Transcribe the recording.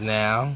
now